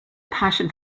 passion